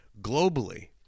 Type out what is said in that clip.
globally